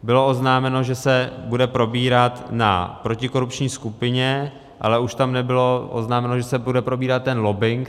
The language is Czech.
Bylo oznámeno, že se bude probírat na protikorupční skupině, ale už tam nebylo oznámeno, že se bude probírat ten lobbing.